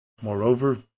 Moreover